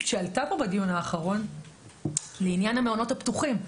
שעלתה פה בדיון האחרון לעניין המעונות הפתוחים.